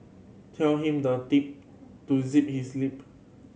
tell him the deep to zip his lip